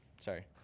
sorry